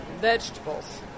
vegetables